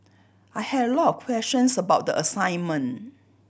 I had a lot questions about the assignment